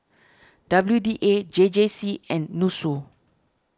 W D A J J C and Nussu